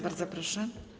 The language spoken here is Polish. Bardzo proszę.